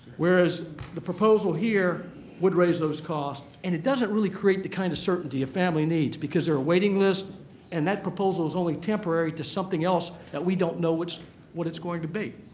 whereas the proposal here would raise those costs and it doesn't really create the kind of certainty a family needs because there are waiting lists and that proposal is only temporary to something else and we don't know what what it's going to be.